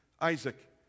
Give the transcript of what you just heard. Isaac